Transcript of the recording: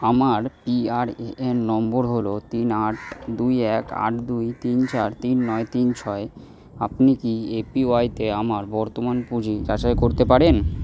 আমার PRAN number হলো তিন আট দুই এক আট দুই তিন চার তিন নয় তিন ছয় আপনি কি এপিওয়াইতে আমার বর্তমান পুঁজি যাচাই করতে পারেন